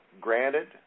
granted